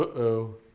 ah oh,